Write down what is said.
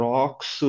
Rocks